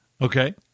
Okay